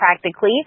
practically